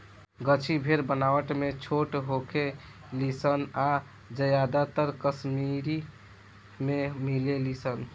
गद्दी भेड़ बनावट में छोट होखे ली सन आ ज्यादातर कश्मीर में मिलेली सन